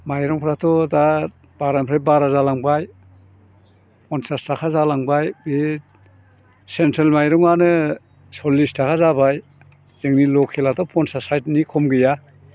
माइरंफ्राथ' दा बारानिफ्राय बारा जालांबाय फनसास थाखा जालांबाय बे सेन्ट्रेल माइरंआनो सरलिस थाखा जाबाय जोंनि लकेलआथ' फनसास साइथनि खम गैया